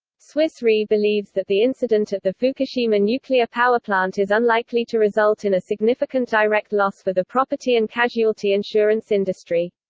swiss re believes that the incident at the fukushima nuclear power plant is unlikely to result in a significant direct loss for the property and casualty insurance industry.